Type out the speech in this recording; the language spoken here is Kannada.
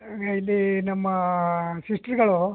ಇಲ್ಲಿ ನಮ್ಮ ಸಿಸ್ಟ್ರುಗಳು